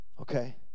Okay